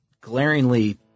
glaringly